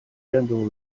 handle